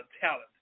talent